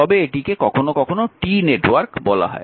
তবে এটিকে কখনও কখনও T নেটওয়ার্ক বলা হয়